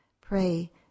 Pray